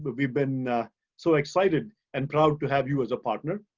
but we've been ah so excited and proud to have you as a partner.